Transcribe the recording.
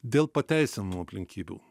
dėl pateisinamų aplinkybių